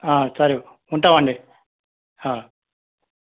సరే ఉంటామండి